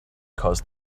caused